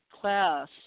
class